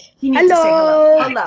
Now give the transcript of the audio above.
Hello